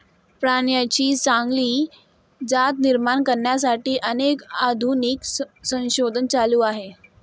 प्राण्यांची चांगली जात निर्माण करण्यासाठी अनेक आधुनिक संशोधन चालू आहे